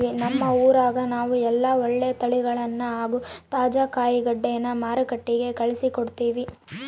ನಮ್ಮ ಊರಗ ನಾವು ಎಲ್ಲ ಒಳ್ಳೆ ತಳಿಗಳನ್ನ ಹಾಗೂ ತಾಜಾ ಕಾಯಿಗಡ್ಡೆನ ಮಾರುಕಟ್ಟಿಗೆ ಕಳುಹಿಸಿಕೊಡ್ತಿವಿ